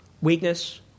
Weakness